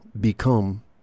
become